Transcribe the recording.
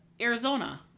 Arizona